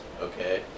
Okay